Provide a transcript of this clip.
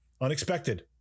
Unexpected